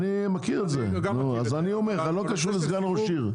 אני מכיר את זה, בלי קשר לסגן ראש עיר.